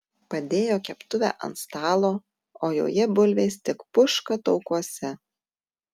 padėjo keptuvę ant stalo o joje bulvės tik puška taukuose